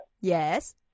Yes